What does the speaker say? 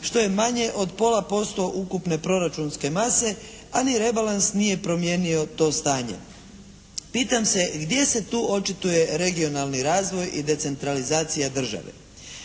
što je manje od pola posto ukupne proračunske mase, a ni rebalans nije promijenio to stanje. Pitam se gdje se tu očituje regionalni razvoj i decentralizacija države.